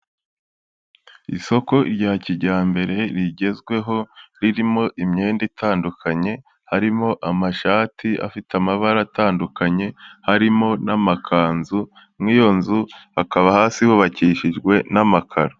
Isoko rya kijyambere rigezweho, ririmo imyenda itandukanye, harimo amashati afite amabara atandukanye, harimo n'amakanzu, mu iyo nzu hakaba hasi hubakishijwe n'amakaro.